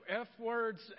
F-words